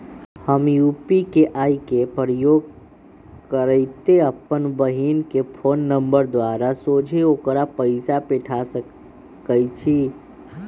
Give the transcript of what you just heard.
हम यू.पी.आई के प्रयोग करइते अप्पन बहिन के फ़ोन नंबर द्वारा सोझे ओकरा पइसा पेठा सकैछी